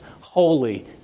holy